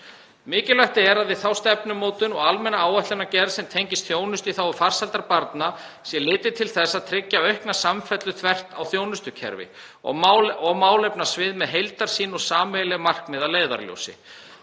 Mikilvægt er að við þá stefnumótun og almenna áætlanagerð sem tengist þjónustu í þágu farsældar barna sé litið til þess að tryggja aukna samfellu þvert á þjónustukerfi og málefnasvið með heildarsýn og sameiginleg markmið að leiðarljósi.